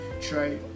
Try